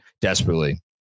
desperately